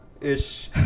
ish